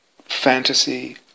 fantasy